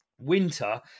winter